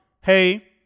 hey